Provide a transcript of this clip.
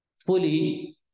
fully